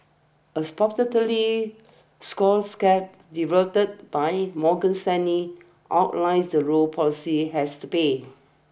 a scorecard developed by Morgan Stanley outlines the role policy has to play